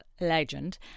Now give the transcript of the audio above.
legend